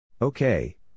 Okay